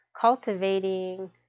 cultivating